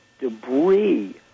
debris